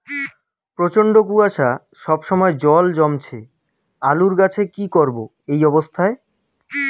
প্রচন্ড কুয়াশা সবসময় জল জমছে আলুর গাছে কি করব এই অবস্থায়?